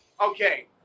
Okay